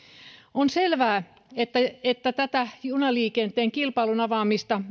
on selvää että että junaliikenteen kilpailun avaamista